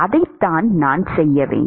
அதைத்தான் நான் செய்ய வேண்டும்